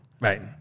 Right